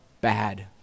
bad